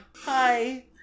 hi